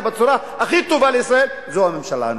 בצורה הכי טובה לישראל זו הממשלה הנוכחית.